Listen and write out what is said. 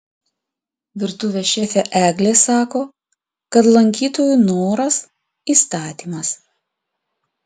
virtuvės šefė eglė sako kad lankytojų noras įstatymas